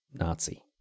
Nazi